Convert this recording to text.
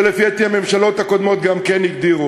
שלפי דעתי הממשלות הקודמות גם כן הגדירו,